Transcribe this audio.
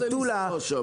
מטולה,